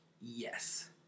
yes